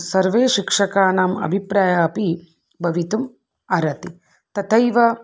सर्वे शिक्षकाणाम् अभिप्रायः अपि भवितुम् अर्हति तथैव